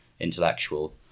intellectual